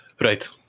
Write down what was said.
right